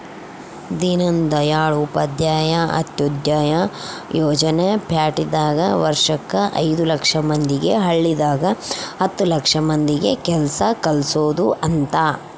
ದೀನ್ದಯಾಳ್ ಉಪಾಧ್ಯಾಯ ಅಂತ್ಯೋದಯ ಯೋಜನೆ ಪ್ಯಾಟಿದಾಗ ವರ್ಷಕ್ ಐದು ಲಕ್ಷ ಮಂದಿಗೆ ಹಳ್ಳಿದಾಗ ಹತ್ತು ಲಕ್ಷ ಮಂದಿಗ ಕೆಲ್ಸ ಕಲ್ಸೊದ್ ಅಂತ